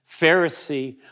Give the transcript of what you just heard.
Pharisee